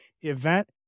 event